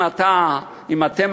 אם אתם,